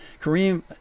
Kareem